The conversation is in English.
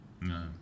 no